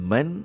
Men